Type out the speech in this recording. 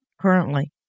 currently